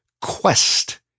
Quest